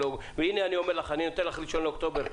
הנה אני אומר לך, אקבע את 1 באוקטובר.